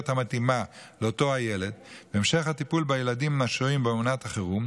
המתאימה לאותו הילד והמשך הטיפול בילדים השוהים באומנת החירום,